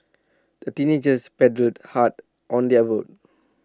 the teenagers paddled hard on their boat